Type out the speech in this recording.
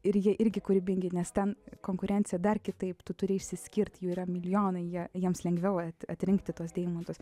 ir jie irgi kūrybingi nes ten konkurencija dar kitaip tu turi išsiskirt jų yra milijonai jie jiems lengviau at atrinkti tuos deimantus